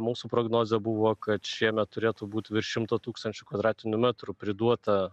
mūsų prognozė buvo kad šiemet turėtų būt virš šimto tūkstančių kvadratinių metrų priduota